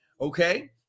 Okay